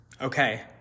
Okay